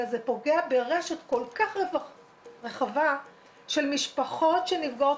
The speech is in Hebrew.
אלא זה פוגע ברשת כל כך רחבה של משפחות שנפגעות.